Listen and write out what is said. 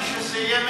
נראה לי שזה יהיה,